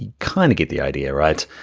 kind of get the idea, right?